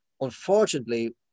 unfortunately